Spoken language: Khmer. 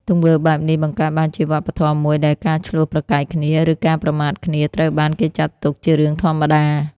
ទង្វើបែបនេះ បង្កើតបានជាវប្បធម៌មួយដែលការឈ្លោះប្រកែកគ្នា ឬការប្រមាថគ្នាត្រូវបានគេចាត់ទុកជារឿងធម្មតា។